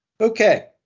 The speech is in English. Okay